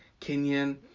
Kenyan